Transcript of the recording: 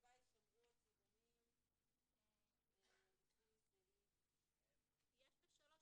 שבה יישמרו הצילומים לפי סעיף --- יש בעיקרון ב-3